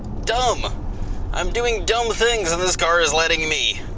dumb i'm doing dumb things and this car is letting me.